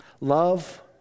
Love